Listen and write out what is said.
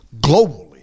globally